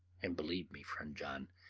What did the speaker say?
and believe me, friend john,